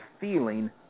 feeling